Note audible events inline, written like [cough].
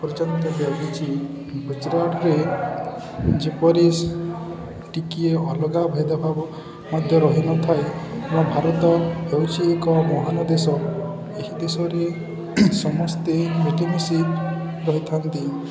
ପର୍ଯ୍ୟନ୍ତ ବ୍ୟାପିଛି ଗୁଜୁରାଟରେ ଯେପରି ଟିକଏ ଅଲଗା ଭେଦଭାବ ମଧ୍ୟ ରହିନଥାଏ ଆମ ଭାରତ ହେଉଛି ଏକ ମହାନ ଦେଶ ଏହି ଦେଶରେ ସମସ୍ତେ [unintelligible] ରହିଥାନ୍ତି